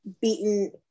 beaten